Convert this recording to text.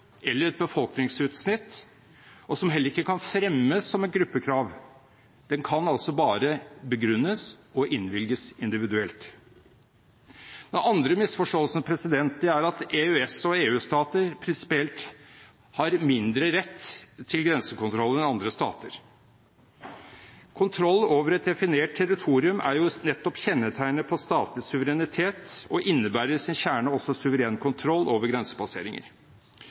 eller et befolkningsutsnitt, og som heller ikke kan fremmes som et gruppekrav. Den kan altså bare begrunnes og innvilges individuelt. Den andre misforståelsen er at EØS- og EU-stater prinsipielt har mindre rett til grensekontroll enn andre stater. Kontroll over et definert territorium er jo nettopp kjennetegnet på statlig suverenitet og innebærer i sin kjerne også suveren kontroll over grensepasseringer.